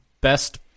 best